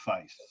face